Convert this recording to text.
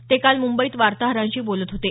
ते काल मुंबईत वार्ताहरांशी बोलत होते